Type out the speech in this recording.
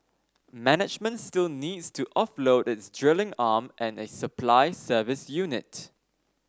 management still needs to offload its drilling arm and a supply service unit